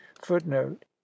footnote